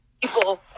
people